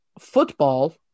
football